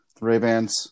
Ray-Bans